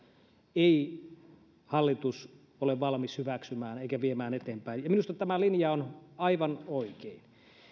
ei hallitus ole valmis hyväksymään eikä viemään eteenpäin ja minusta tämä linja on aivan oikein